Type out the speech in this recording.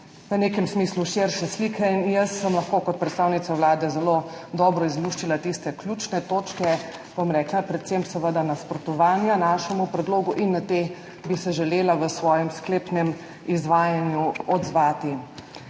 v nekem smislu širše slike. Sama sem lahko kot predstavnica Vlade zelo dobro izluščila tiste ključne točke, predvsem seveda nasprotovanje našemu predlogu in na to bi se želela v svojem sklepnem izvajanju odzvati.